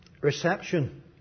reception